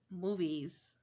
movies